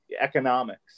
economics